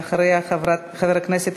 תודה רבה לחבר הכנסת